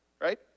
right